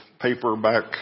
paperback